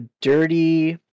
dirty